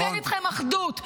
ואין איתכם אחדות.